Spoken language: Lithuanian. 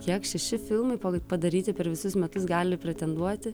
kiek šeši filmai padaryti per visus metus gali pretenduoti